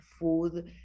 food